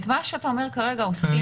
את מה שאתה אומר כרגע עושים,